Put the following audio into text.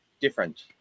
different